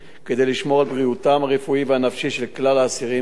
בריאותם הרפואית והנפשית של כלל האסירים בשירות בתי-הסוהר.